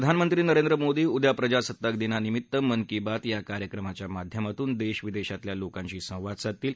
प्रधानमंत्री नरेंद्र मोदी उद्या प्रजासत्ताकदिनानिमित्त मन की बात या कार्यक्रमाच्या माध्यमातून देश विदेशातल्या लोकांशी संवाद साधतील